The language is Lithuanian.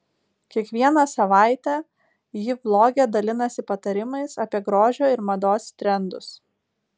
kiekvieną savaitę ji vloge dalinasi patarimais apie grožio ir mados trendus